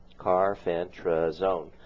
Carfentrazone